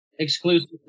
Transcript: exclusive